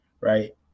right